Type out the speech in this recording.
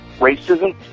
racism